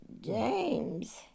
James